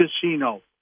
casino